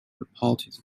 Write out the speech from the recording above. reported